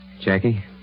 Jackie